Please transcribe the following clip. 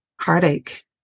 heartache